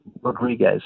Rodriguez